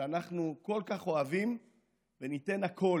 שאנחנו כל כך אוהבים ושניתן הכול,